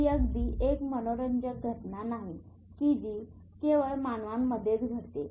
ही अगदी एक मनोरंजक घटना नाही कि जी केवळ मानवांमध्येच घडते